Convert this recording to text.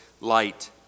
light